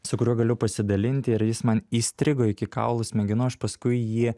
su kuriuo galiu pasidalinti ir jis man įstrigo iki kaulų smegenų o aš paskui jį